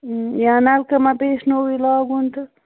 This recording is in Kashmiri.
یا نَلکہٕ ما پیٚیَس نوٚوُے لاگُن تہٕ